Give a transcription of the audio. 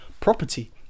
property